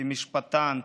כמשפטן,